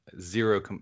zero